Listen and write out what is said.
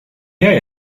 jij